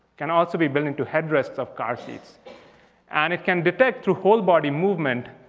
can also be built into head rests of car seats and it can detect through whole body movement,